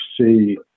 see